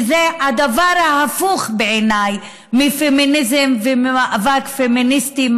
שזה הדבר ההפוך בעיניי מפמיניזם וממאבק פמיניסטי,